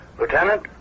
Lieutenant